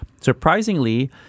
Surprisingly